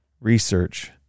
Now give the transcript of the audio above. research